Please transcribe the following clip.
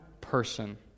person